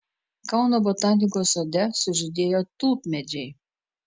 kauno botanikos sode sužydėjo tulpmedžiai